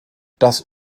das